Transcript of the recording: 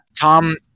tom